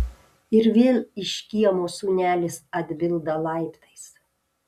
ir vėl iš kiemo sūnelis atbilda laiptais